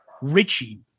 Richie